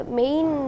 main